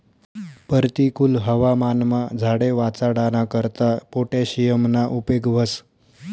परतिकुल हवामानमा झाडे वाचाडाना करता पोटॅशियमना उपेग व्हस